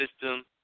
system